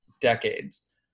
decades